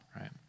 right